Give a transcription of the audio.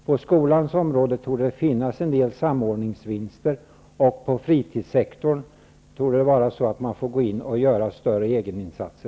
På skolans område torde det finnas en del samordningsvinster, och på fritidssektorn torde man själv få gå in och göra större egeninsatser.